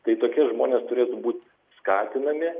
tai tokie žmonės turėtų būti skatinami